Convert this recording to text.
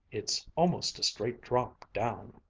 it's almost a straight drop down.